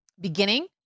beginning